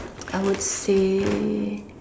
I would say